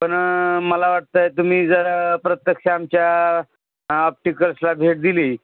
पण मला वाटतं आहे तुम्ही जर प्रत्यक्ष आमच्या ऑप्टिकल्सला भेट दिली